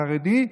החרדי,